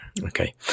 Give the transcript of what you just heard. okay